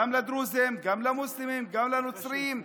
גם לדרוזים, גם למוסלמים, גם לנוצרים,